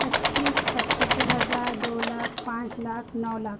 پچیس پچھتر ہزار دو لاکھ پانچ لاکھ نو لاکھ